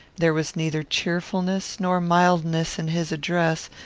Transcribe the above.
there was neither cheerfulness nor mildness in his address,